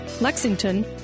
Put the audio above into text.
Lexington